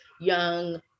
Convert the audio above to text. young